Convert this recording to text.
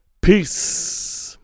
Peace